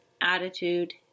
Attitude